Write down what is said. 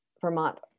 Vermont